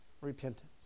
repentance